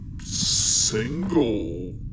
single